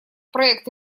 проект